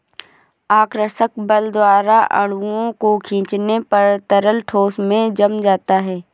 आकर्षक बल द्वारा अणुओं को खीचने पर तरल ठोस में जम जाता है